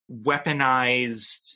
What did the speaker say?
weaponized